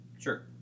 Sure